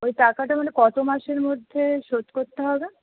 ওই টাকাটা মানে কতো মাসের মধ্যে শোধ করতে হবে